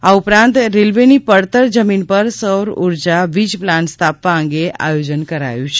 આ ઉપરાંત રેલવેની પડતર જમીન પર સૌરઉર્જા વીજપ્લાન્ટ સ્થાપવા અંગે આયોજન કરાયું છે